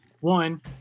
one